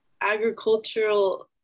agricultural